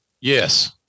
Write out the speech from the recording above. yes